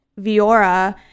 Viora